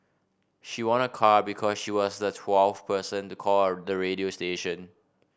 she won a car because she was the twelfth person to call the radio station